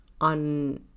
on